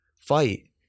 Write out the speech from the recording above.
Fight